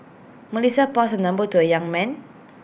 Melissa passed her number to A young man